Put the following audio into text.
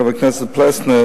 חבר הכנסת פלסנר,